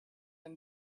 and